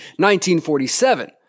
1947